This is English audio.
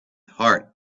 heart